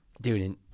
Dude